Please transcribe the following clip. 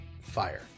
fire